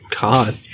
God